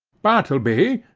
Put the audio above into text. bartleby,